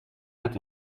met